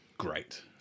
great